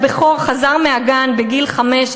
הבכור חזר מהגן בגיל חמש,